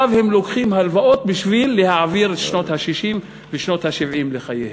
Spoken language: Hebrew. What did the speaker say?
עכשיו הם לוקחים הלוואות בשביל להעביר לשנות ה-60 ושנות ה-70 לחייהם.